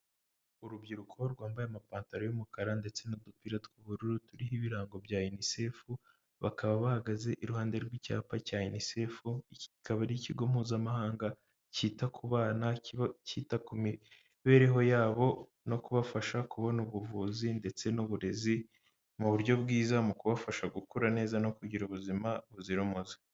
Urubyiruko rwambaye amapantaro y'umukara ndetse n'udupira tw'ubururu turiho ibirango bya unisefu bakaba bahagaze iruhande rw'icyapa cya unisefu, kikaba ari ikigo mpuzamahanga cyita ku bana kiba cyita ku mibereho yabo no kubafasha kubona ubuvuzi ndetse n'uburezi mu buryo bwiza, mu kubafasha gukura neza no kugira ubuzima buzira umuze.